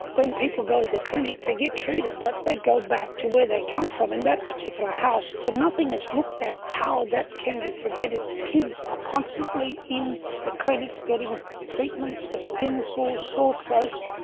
when people go to the clinic, they get treated, but they go back to where they come from and that particular house, so nothing is looked at how that can be prevented. kids are constantly in the clinics getting treatments for skin sores, sore throats,